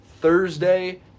Thursday